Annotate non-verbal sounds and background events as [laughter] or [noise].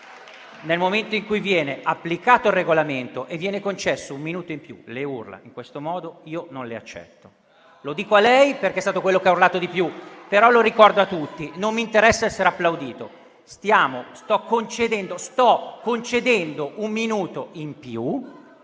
Nel momento in cui viene applicato il Regolamento e viene concesso un minuto in più, le urla in questo modo io non le accetto. Lo dico a lei, perché è quello che ha urlato di più, ma lo ricordo a tutti. [applause] Non mi interessa essere applaudito. Sto concedendo un minuto in più,